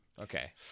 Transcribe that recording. okay